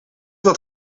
wat